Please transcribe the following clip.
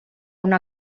una